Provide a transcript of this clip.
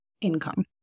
income